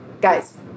guys